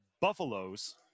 buffaloes